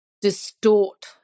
distort